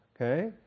Okay